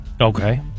Okay